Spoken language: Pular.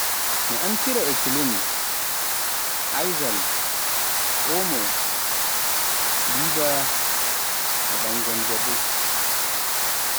mi amfira e klin, izal, omo, viva e dan ganjabo.